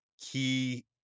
key